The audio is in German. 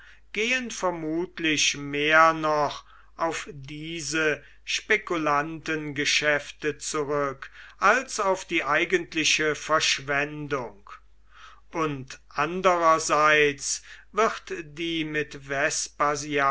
gehen vermutlich mehr noch auf diese spekulantengeschäfte zurück als auf die eigentliche verschwendung und andererseits wird die mit